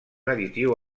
additiu